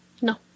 No